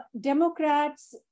Democrats